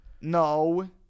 No